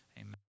Amen